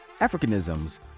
Africanisms